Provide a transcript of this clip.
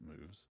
moves